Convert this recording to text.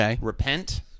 repent